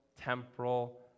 temporal